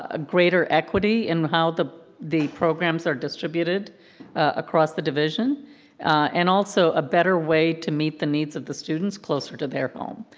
ah greater equity in how the the programs are distributed across the division and also a better way to meet the needs of students closer to their home.